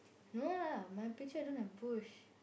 no lah my picture don't have bush